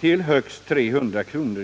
till högst 300 kr.